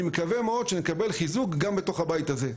אני מקווה מאד שנקבל חיזוק גם בתוך הבית הזה.